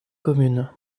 commune